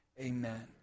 amen